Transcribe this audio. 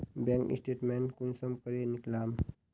Bank statement कुंसम करे निकलाम?